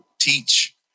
teach